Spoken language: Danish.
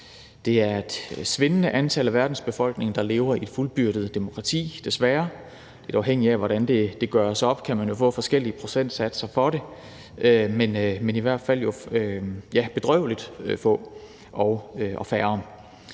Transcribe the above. Det er et svindende antal af verdens befolkning, der lever i fuldbyrdede demokratier, desværre. Lidt afhængigt af hvordan det gøres op, kan man jo få forskellige procentsatser for det, men det er jo i hvert fald bedrøvelig få og færre.